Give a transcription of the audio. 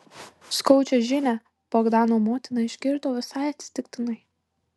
skaudžią žinią bogdano motina išgirdo visai atsitiktinai